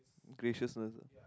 gracious learn